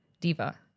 diva